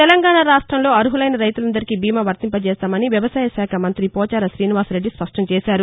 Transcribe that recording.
తెలంగాణ రాష్ట్రంలో అర్హులైన రైతులందరికీ బీమా వర్తింపజేస్తామని వ్యవసాయశాఖ మంతి పోచారం శీనివాసరెడ్డి స్పష్టం చేశారు